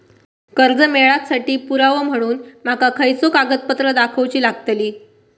कर्जा मेळाक साठी पुरावो म्हणून माका खयचो कागदपत्र दाखवुची लागतली?